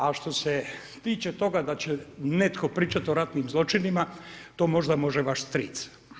A što se tiče toga da će netko pričati o ratnim zločinima, to možda može vaš stric.